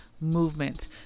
movement